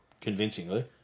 convincingly